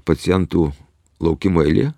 pacientų laukimo eilė